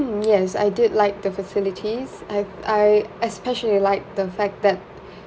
mm yes I did like the facilities I I especially liked the fact that